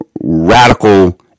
radical